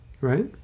Right